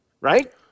right